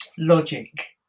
logic